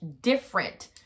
different